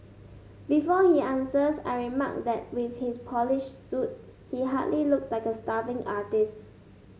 before he answers I remark that with his polished suits he hardly looks like a starving artists